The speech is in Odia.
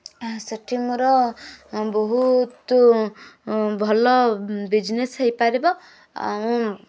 ସେଠି ମୋର ବହୁତ ଭଲ ବିଜନେସ୍ ହେଇପାରିବ ଆଉ